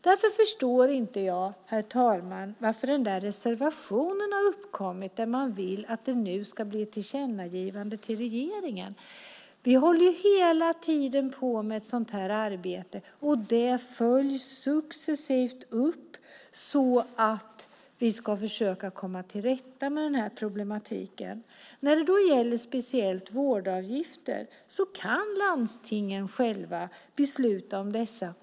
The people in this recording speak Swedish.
Därför förstår inte jag hur den reservation har uppkommit där man kräver att det nu ska göras ett tillkännagivande till regeringen. Vi håller ju hela tiden på med ett sådant här arbete, och det följs successivt upp, så att vi ska komma till rätta med den här problematiken. När det gäller vårdavgifter kan landstingen själva besluta.